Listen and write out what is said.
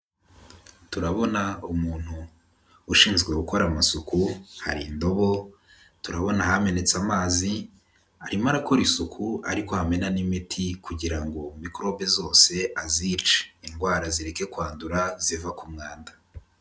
Turabona umuntu ushinzwe gukora amasuku hari indobo, turabona ahamenetse amazi arimo arakora isuku ariko ahamena n'imiti kugira ngo mikorobe zose azice indwara zireke kwandura ziva ku mwanda.